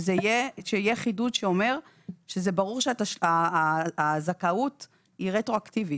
שזה יהיה חידוד שאומר שזה ברור שהזכאות היא רטרואקטיבית.